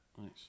nice